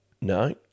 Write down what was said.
No